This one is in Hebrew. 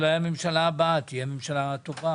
אולי הממשלה הבאה תהיה ממשלה טובה